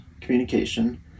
communication